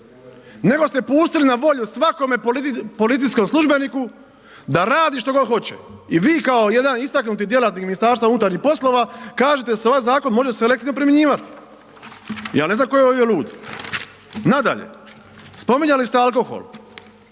nego ste pustili na volju svakome policijskom službeniku da radi što god hoće. I vi kao jedan istaknuti djelatnik MUP-a kažete da se ovaj zakon može selektivno primjenjivat. Ja ne znam tko je ovdje lud. Nadalje, spominjali ste alkohol,